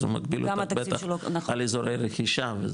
אז הוא מגביל על אזורי רכישה.